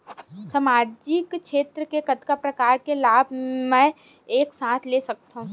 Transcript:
सामाजिक क्षेत्र के कतका प्रकार के लाभ मै एक साथ ले सकथव?